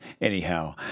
Anyhow